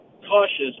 cautious